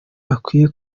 ukwiye